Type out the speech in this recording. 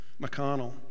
McConnell